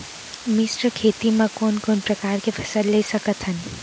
मिश्र खेती मा कोन कोन प्रकार के फसल ले सकत हन?